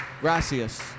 gracias